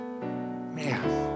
Man